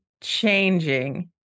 changing